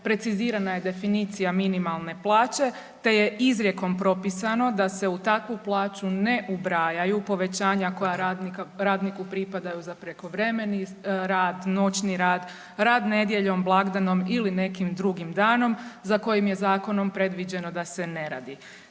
precizirana je definicija minimalne plaće te je izrijekom propisano da se u takvu plaću ne ubrajaju povećanja koja radniku pripadaju za prekovremeni rad, noćni rad, rad nedjeljom, blagdanom ili nekim drugim danom za kojim je zakonom predviđeno da se ne radi.